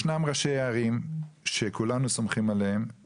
יש ראשי ערים שכולנו סומכים עליהם